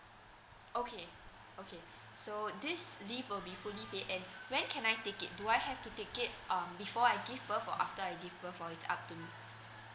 okay okay so this leave will be fully paid and when can I take it do I have to take it um before I give birth or after I give birth or it's up to